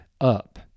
up